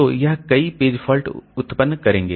तो यह कई पेज फॉल्ट उत्पन्न होंगे